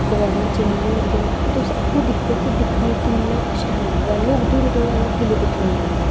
दवारां चिनी दियां होंदियां तुस आपूं दिक्खो कि दिक्खने च किन्ना शैल लगदा होग लोक दूरा दूरा दा किले दिक्खने गी औंदे